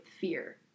fear